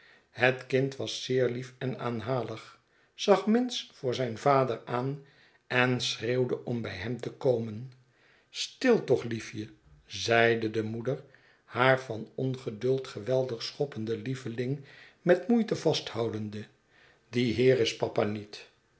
het kind was zeerliefen aanhalig zag minns voor zijn vader aan en schreeuwde om bij hem te komen stil toch liefje zeide de moeder haar van ongeduld geweldig schoppenden lieveling met moeite vasthoudende die heer is papa niet